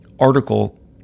article